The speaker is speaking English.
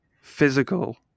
physical